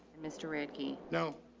mister radke. no,